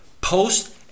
Post